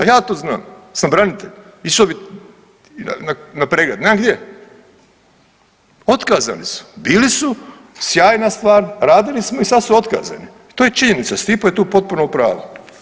Ja to znam jer sam branitelj, išao bi na pregled, nemam gdje, otkazani su, bili su, sjajna stvar, radili smo i sad su otkazani i to je činjenica, Stipo je tu potpuno u pravu.